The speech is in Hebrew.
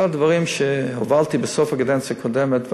אחד הדברים שהובלתי בסוף הקדנציה הקודמת,